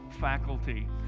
faculty